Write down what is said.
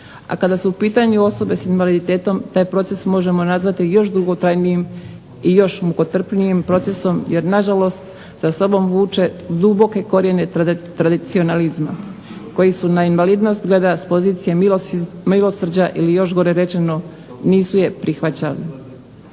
a kada su u pitanju osobe s invaliditetom taj proces možemo nazvati još dugotrajnijim i još mukotrpnijim procesom jer nažalost sa sobom vuče duboke korijene tradicionalizma koji na invalidnost gleda s pozicije milosrđa ili još gore rečeno nisu je prihvaćali,